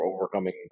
overcoming